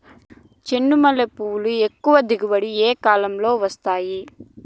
చెండుమల్లి పూలు ఎక్కువగా దిగుబడి ఏ కాలంలో వస్తాయి